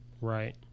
right